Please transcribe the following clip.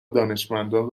دانشمندان